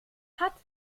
hat